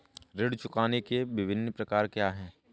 ऋण चुकाने के विभिन्न प्रकार क्या हैं?